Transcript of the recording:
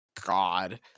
God